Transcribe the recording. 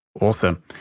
awesome